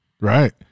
right